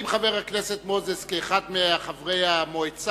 האם חבר הכנסת מוזס, כאחד מחברי המועצה,